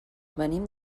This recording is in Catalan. venim